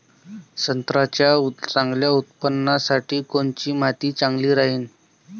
संत्र्याच्या चांगल्या उत्पन्नासाठी कोनची माती चांगली राहिनं?